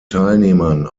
teilnehmern